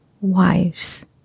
wives